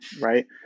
Right